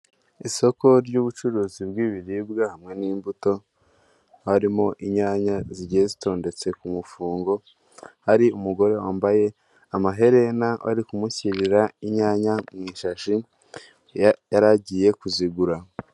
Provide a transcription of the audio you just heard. Isoko ry'ubucuruzi bw'ibiribwa hamwe n'imbuto, harimo inyanya zigezweto ndetse ku mufungo, hari umugore wambaye amaherena wari kumushyirira inyanya mu ishashi, yaragiye kuzigura.